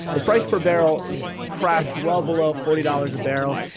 the price per barrel crashed well below forty dollars a barrel.